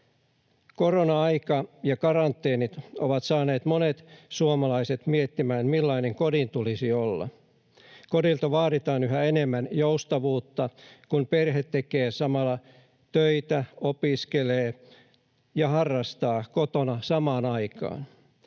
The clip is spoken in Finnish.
Korona-aika ja karanteenit ovat saaneet monet suomalaiset miettimään, millainen kodin tulisi olla. Kodilta vaaditaan yhä enemmän joustavuutta, kun perhe tekee töitä, opiskelee ja harrastaa kotona samaan aikaan.